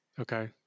Okay